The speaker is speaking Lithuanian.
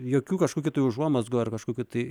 jokių kažkokių tai užuomazgų ar kažkokių tai